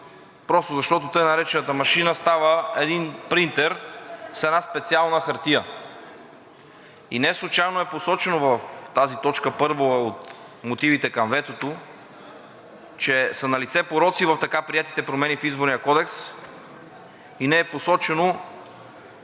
просто защото тъй наречената машина става един принтер с една специална хартия. И не случайно е посочено в тази т. 1 от мотивите към ветото, че са налице пороци в така приетите промени в Изборния кодекс и не е посочено